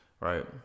right